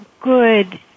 good